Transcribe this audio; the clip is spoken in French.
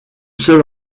seul